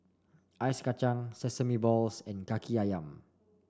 Ice Kachang Sesame Balls and Kaki ayam